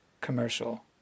commercial